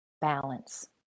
balance